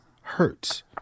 hurts